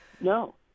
No